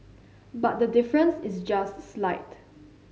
but the difference is just slight